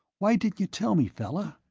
why didn't you tell me, fella?